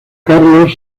carlos